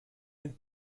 den